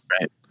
Right